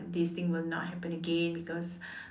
this thing will not happen again because